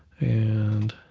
and